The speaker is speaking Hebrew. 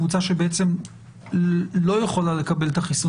קבוצה שבעצם לא יכולה לקבל את החיסון